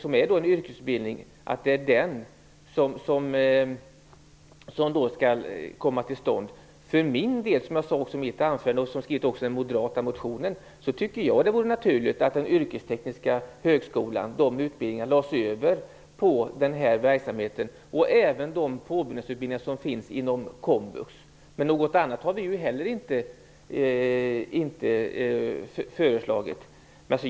För min del, som jag sade i mitt anförande och som jag också har skrivit i den moderata motionen, tycker jag att det vore naturligt att utbildningarna i den yrkestekniska högskolan lades över på den här verksamheten. Det gäller även de påbyggnadsutbildningar som finns inom komvux. Något annat har vi heller inte föreslagit.